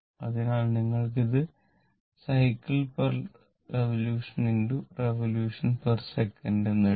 അതിനാൽ നിങ്ങൾക്ക് ഇത് സൈക്കിൾറിവൊല്യൂഷൻ റിവൊല്യൂഷൻസെക്കന്റ് എന്ന് എഴുതാം